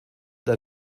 der